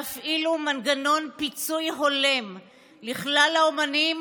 והפעילו מנגנון פיצוי הולם לכלל האומנים,